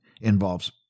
involves